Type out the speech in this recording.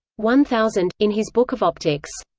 one thousand, in his book of optics.